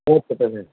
చెప్పండండి